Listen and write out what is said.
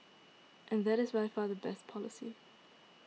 and that is by far the best policy